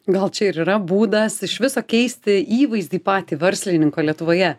gal čia ir yra būdas iš viso keisti įvaizdį patį verslininką lietuvoje